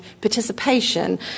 participation